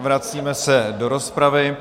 Vracíme se do rozpravy.